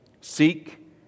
Seek